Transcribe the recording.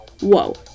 whoa